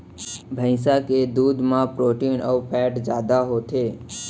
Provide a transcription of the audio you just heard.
भईंस के दूद म प्रोटीन अउ फैट जादा होथे